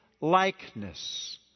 likeness